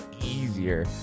easier